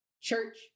church